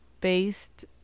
based